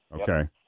Okay